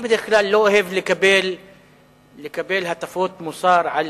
בדרך כלל אני לא אוהב לקבל הטפות מוסר על